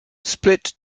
split